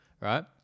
right